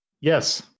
Yes